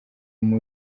muri